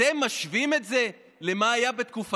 אתם משווים את זה למה שהיה בתקופתנו?